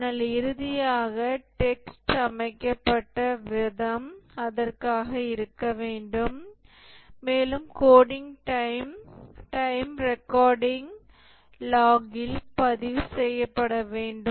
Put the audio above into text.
ஆனால் இறுதியாக டெக்ஸ்ட் அமைக்கப்பட்ட விதம் அதற்காக இருக்க வேண்டும் மேலும் கோடிங் டைம் டைம் ரெக்கார்டிங் லாகில் பதிவு செய்யப்பட வேண்டும்